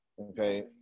Okay